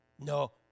No